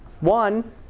One